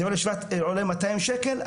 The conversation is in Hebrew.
זה עולה 200 שקל?